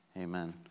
Amen